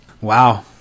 Wow